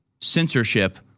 censorship